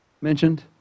mentioned